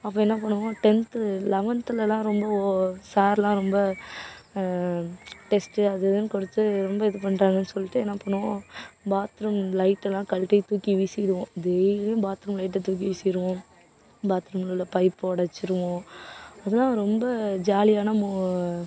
அப்போது என்ன பண்ணுவோம் டென்த்து லெவன்த்துலேலாம் ரொம்ப சார்லாம் ரொம்ப டெஸ்ட்டு அது இதுன்னு கொடுத்து ரொம்ப இது பண்ணுறாங்கன்னு சொல்லிட்டு என்ன பண்ணுவோம் பாத்ரூம் லைட்டெல்லாம் கழட்டி தூக்கி வீசிவிடுவோம் டெயிலியும் பாத்ரூம் லைட்டை தூக்கி வீசிவிடுவோம் பாத்ரூம்மில் உள்ள பைப்பை ஒடைச்சிருவோம் அதலாம் ரொம்ப ஜாலியான